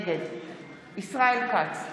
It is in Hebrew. נגד ישראל כץ,